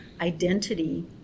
identity